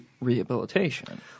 rehabilitation